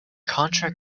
contra